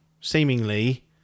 seemingly